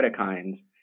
cytokines